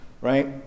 right